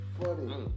funny